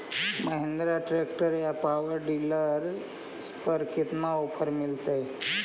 Mahindra tractor या power dealer पर कितना ओफर मीलेतय?